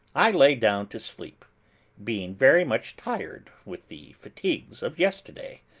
i lay down to sleep being very much tired with the fatigues of yesterday.